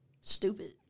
stupid